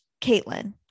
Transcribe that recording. Caitlin